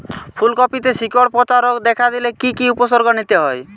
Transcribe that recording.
ফুলকপিতে শিকড় পচা রোগ দেখা দিলে কি কি উপসর্গ নিতে হয়?